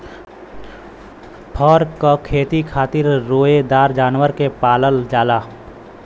फर क खेती खातिर रोएदार जानवर के पालल जाला